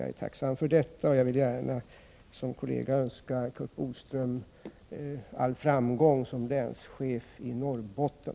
Jag är tacksam för detta, och jag vill gärna önska Curt Boström all framgång som länschef i Norrbotten.